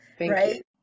Right